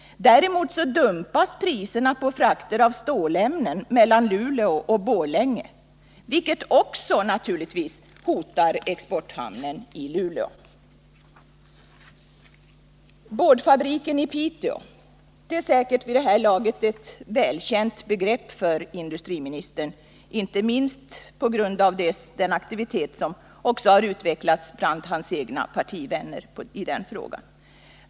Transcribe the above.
Däremot dumpas priserna på frakter av stålämnen mellan Luleå och Borlänge, vilket naturligtvis också hotar exporthamnen i Luleå. Boardfabriken i Piteå har säkert vid det här laget blivit ett välbekant begrepp för industriministern, inte minst på grund av den aktivitet som har utvecklats bland hans egna partivänner i denna fråga.